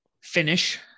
finish